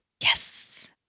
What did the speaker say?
Yes